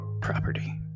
property